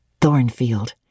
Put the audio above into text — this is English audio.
Thornfield